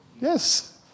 Yes